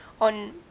on